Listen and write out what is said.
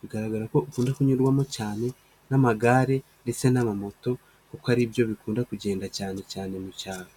bigaragara ko ukunda kunyurwamo cyane n'amagare ndetse n'amamoto, kuko aribyo bikunda kugenda cyane cyane mu cyaro.